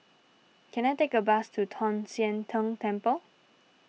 can I take a bus to Tong Sian Tng Temple